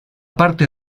parte